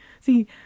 See